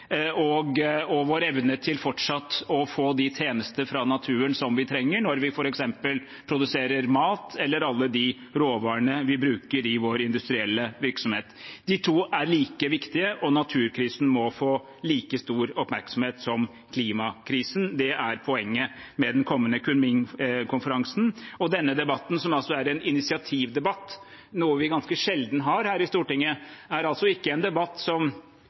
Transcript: og vår evne til fortsatt å få de tjenester fra naturen som vi trenger når vi f.eks. produserer mat, eller alle de råvarene vi bruker i vår industrielle virksomhet. De to er like viktige, og naturkrisen må få like stor oppmerksomhet som klimakrisen. Det er poenget med den kommende Kunming-konferansen. Denne debatten – som altså er en initiativdebatt, noe vi ganske sjelden har her i Stortinget – er ikke en debatt som